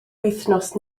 wythnos